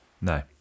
No